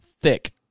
thick